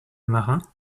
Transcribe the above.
marin